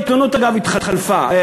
אפילו העיתונות, אגב, התחלפה.